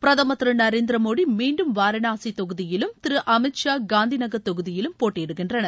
பிரதமர் திரு நரேந்திர மோடி மீண்டும் வாரனாசி தொகுதியிலும் திரு அமித் ஷா காந்தி நகர் தொகுதியிலும் போட்டியிடுகின்றனர்